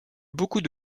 beaucoup